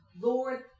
Lord